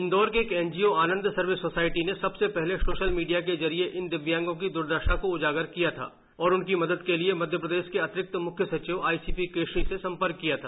इंदौर के एक NGO Anand survey society ने सबसे हले सोशल मीपिया के जरिये इन दिव्यंगों की दूर्दशा को उजागर किया था और उनकी मदद के लिए अतिरिक्त मुख्य सचिव आईसीपी केशरी से संपर्क किया था